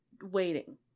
waiting